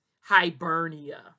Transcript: Hibernia